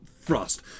thrust